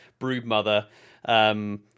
broodmother